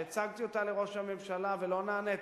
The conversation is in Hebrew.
שהצגתי אותה לראש הממשלה ולא נעניתי,